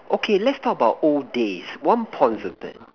okay let's talk about old days once upon a time